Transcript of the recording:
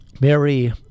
Mary